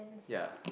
ya